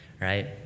right